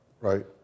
right